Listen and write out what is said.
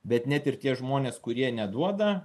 bet net ir tie žmonės kurie neduoda